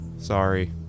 Sorry